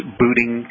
booting